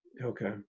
Okay